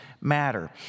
matter